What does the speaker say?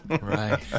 Right